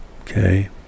okay